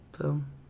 Boom